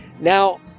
Now